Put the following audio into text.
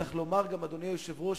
אדוני היושב-ראש,